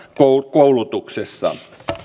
koulutuksessa